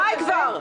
די כבר.